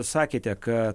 sakėte ką